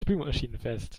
spülmaschinenfest